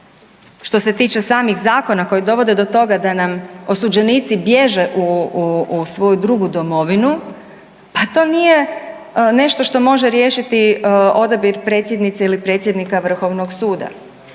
Što se tiče samih zakona koji dovode do toga da nam osuđenici bježe u svoju drugu domovinu, pa to nije nešto što može riješiti odabir predsjednice ili predsjednika Vrhovnog suda.